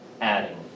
adding